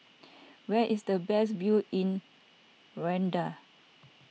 where is the best view in Rwanda